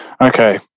Okay